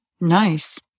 Nice